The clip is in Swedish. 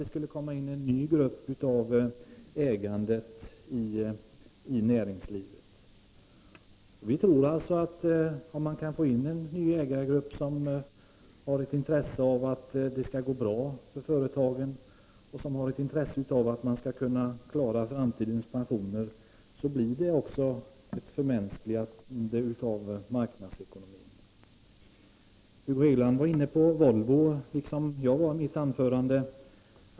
Det skulle komma in en ny grupp av ägare i näringslivet. Får man in en ny ägargrupp, som är intresserad av att företaget skall gå bra och att man skail kunna klara framtidens pensioner, innebär det ett förmänskligande av marknadsekonomin. Hugo Hegeland berörde Volvo, vilket också jag gjorde i mitt anförande.